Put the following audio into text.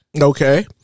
Okay